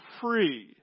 free